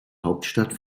hauptstadt